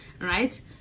Right